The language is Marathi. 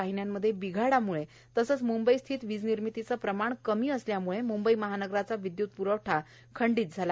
वाहिन्यांमध्ये बिघाडामुळे तसेच मुंबईस्थित वीज निर्मितीचे प्रमाण कमी असल्यामुळे मुंबई महानगराचा विद्युत प्रवठा खंडित झाला